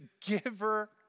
giver